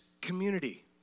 community